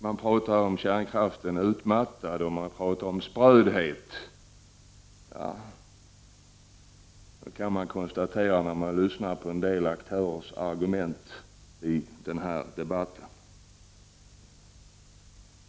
Det talas om en utmattning inom kärnkraften och om en sprödhet. Ja, det kan man konstatera när man lyssnar på en del aktörers argument i debatten.